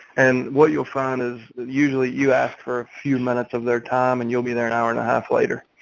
and what you'll find is usually you asked for a few minutes of their time and you'll be there an hour and a half later.